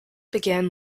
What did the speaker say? began